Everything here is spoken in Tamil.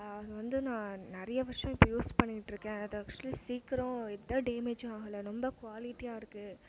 அதுவந்து நான் நிறையா வருஷம் இப்போது யூஸ் பண்ணிகிட்டு இருக்கேன் அது அக்சுவலி சீக்கிரம் எந்த டேமேஜும் ஆகலை ரொம்ப குவாலிடியாக இருக்குது